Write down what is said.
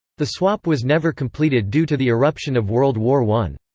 the swap was never completed due to the eruption of world war one.